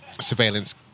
surveillance